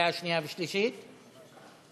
(היעדרות בשל מחלת ילד) (תיקון מס' 15)